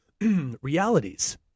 realities